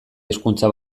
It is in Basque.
hizkuntza